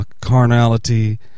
carnality